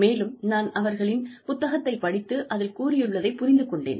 மேலும் நான் அவர்களின் புத்தகத்தை படித்து அதில் கூறியுள்ளதைப் புரிந்து கொண்டேன்